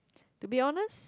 to be honest